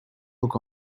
look